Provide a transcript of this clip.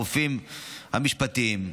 הרופאים המשפטיים,